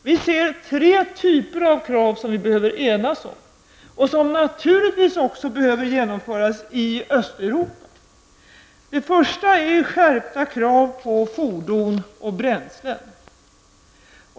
Vi ser tre krav som vi behöver enas om, och som naturligtvis även behöver genomföras i Östeuropa. Det första är skärpta krav på fordon och bränsle.